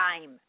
time